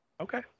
Okay